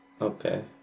Okay